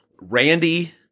Randy